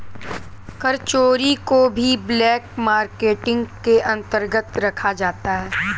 कर चोरी को भी ब्लैक मार्केटिंग के अंतर्गत रखा जाता है